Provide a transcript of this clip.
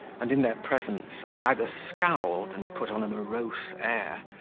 and in their presence i either scowled and put on a morose air,